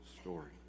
story